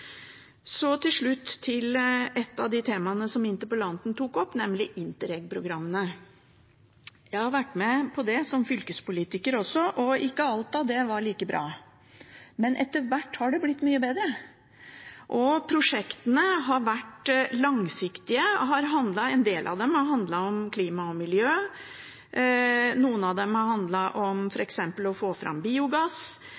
Til slutt til et av de temaene som interpellanten tok opp, nemlig Interreg-programmene. Jeg har vært med på det også som fylkespolitiker. Ikke alt av det var like bra, men etter hvert har det blitt mye bedre. Prosjektene har vært langsiktige. En del av dem har handlet om klima og miljø. Noen av dem har handlet om